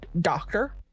doctor